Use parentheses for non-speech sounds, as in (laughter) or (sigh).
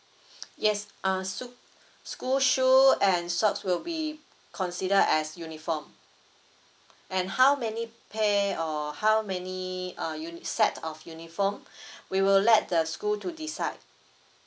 yes uh sho~ school shoe and socks will be considered as uniform and how many pair or how many uh uni~ set of uniform (breath) we will let the school to decide